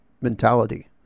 mentality